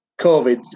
COVID